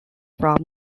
from